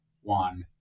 one